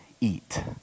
eat